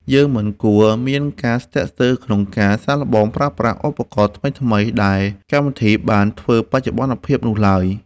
យើងមិនគួរមានការស្ទាក់ស្ទើរក្នុងការសាកល្បងប្រើប្រាស់ឧបករណ៍ថ្មីៗដែលកម្មវិធីបានធ្វើបច្ចុប្បន្នភាពមកនោះឡើយ។